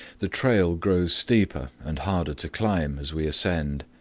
the trail grows steeper and harder to climb as we ascend.